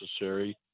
necessary